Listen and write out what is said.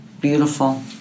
Beautiful